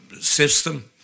system